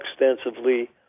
extensively